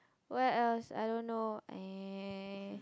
where else I don't know eh